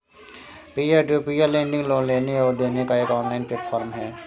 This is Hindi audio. peer to peer lending loan लेने और देने का एक ऑनलाइन प्लेटफ़ॉर्म है